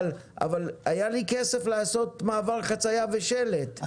אבל היה לי כסף לעשות מעבר חציה ושלט,